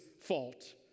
fault